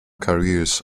careers